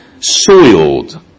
soiled